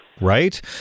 Right